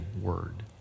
word